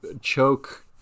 choke